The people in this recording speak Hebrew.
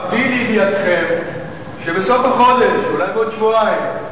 אביא לידיעתכם שבסוף החודש, אולי בעוד שבועיים,